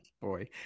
Boy